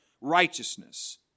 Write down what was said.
righteousness